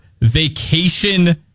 vacation